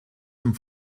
zum